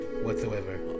Whatsoever